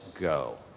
go